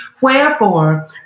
wherefore